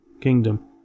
Kingdom